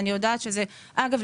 ואגב,